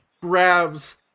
grabs